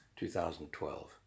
2012